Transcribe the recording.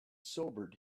sobered